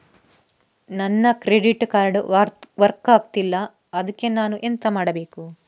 ನನ್ನ credit card work ಆಗ್ತಿಲ್ಲ ಅದ್ಕೆ ನಾನು ಎಂತ ಮಾಡಬೇಕು?